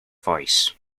voice